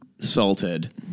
salted